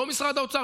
לא משרד האוצר,